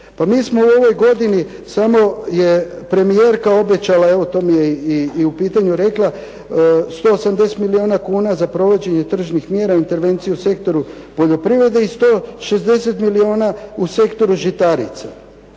Pa mi smo u ovoj godini samo je premijerka obećala evo to mi je i u pitanju rekla 180 milijuna kuna za provođenje tržnih mjera, intervencije u sektoru poljoprivrede i 160 milijuna u sektoru žitarica.